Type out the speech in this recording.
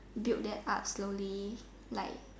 build that up slowly slowly